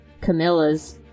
Camilla's